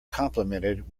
complimented